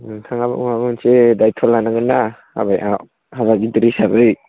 नोंथाङाबो माबा मोनसे दायथ' लानांगोन ना हाबायाव हाबा गिदिर हिसाबै